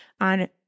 on